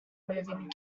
moving